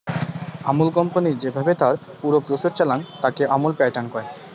Amul company যেভাবে তার পুর প্রসেস চালাং, তাকে আমুল প্যাটার্ন কয়